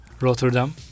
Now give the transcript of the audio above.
Rotterdam